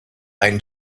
ein